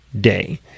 day